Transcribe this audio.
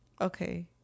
Okay